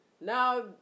now